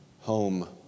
home